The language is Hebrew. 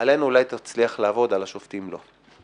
עלינו אולי תצליח לעבוד, על השופטים לא.